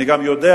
אני גם יודע,